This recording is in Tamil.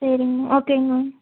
சரிங்க மேம் ஓகேங்க மேம்